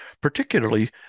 particularly